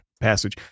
passage